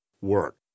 work